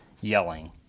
yelling